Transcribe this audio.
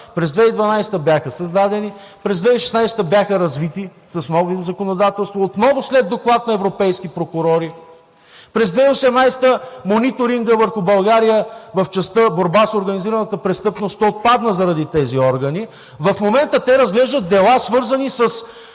През 2012 г. бяха създадени, през 2016 г. бяха развити с ново законодателство отново след доклад на европейски прокурори, през 2018 г. мониторингът върху България в частта „Борба с организираната престъпност“ отпадна заради тези органи. В момента те разглеждат дела, свързани с